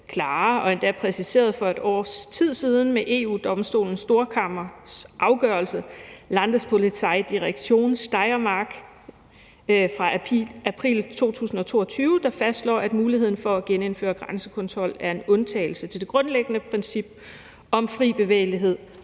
og de er endda præciseret for et års tid siden med EU-Domstolens Storkammers afgørelse om Landespolizeidirektion Steiermark fra april 2022, der fastslår, at muligheden for at genindføre grænsekontrol er en undtagelse til det grundlæggende princip om fri bevægelighed,